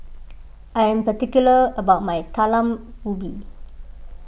I am particular about my Talam Ubi